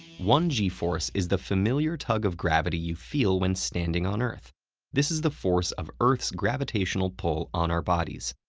one g force is the familiar tug of gravity you feel when standing on earth this is the force of earth's gravitational pull on our bodies.